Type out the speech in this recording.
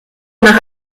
nach